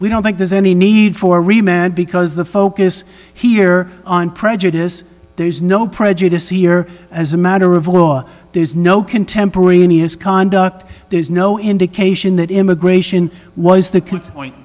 we don't think there's any need for rematch because the focus here on prejudice there's no prejudice here as a matter of law there's no contemporaneous conduct there's no indication that immigration was the